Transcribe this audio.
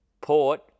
port